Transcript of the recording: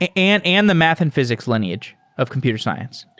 ah and and the math and physics lineage of computer science.